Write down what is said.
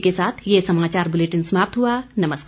इसी के साथ ये समाचार बुलेटिन समाप्त हुआ नमस्कार